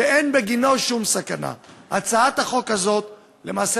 ולכן, למעשה